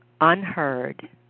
unheard